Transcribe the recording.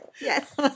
Yes